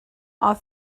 are